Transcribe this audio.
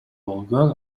болгон